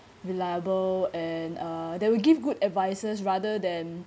reliable and uh that will give good advisors rather than